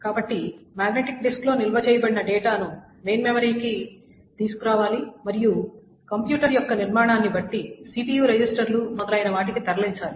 కాబట్టి మాగ్నెటిక్ డిస్క్లో నిల్వ చేయబడిన డేటాను మెయిన్ మెమరీకి తీసుకురావాలి మరియు కంప్యూటర్ యొక్క నిర్మాణాన్ని బట్టి CPU రిజిస్టర్లు మొదలైన వాటికి తరలించాలి